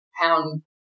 pound